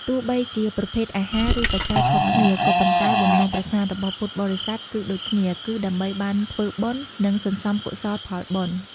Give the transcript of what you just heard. ទោះបីជាប្រភេទអាហារ ឬបច្ច័យខុសគ្នា ក៏ប៉ុន្តែបំណងប្រាថ្នារបស់ពុទ្ធបរិស័ទគឺដូចគ្នា គឺដើម្បីបានធ្វើបុណ្យ និងសន្សំកុសលផលបុណ្យ។